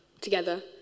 together